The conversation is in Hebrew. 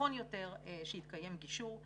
נכון יותר שיתקיים גישור.